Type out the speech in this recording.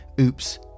Oops